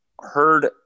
heard